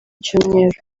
cyumweru